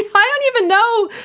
i don't even know,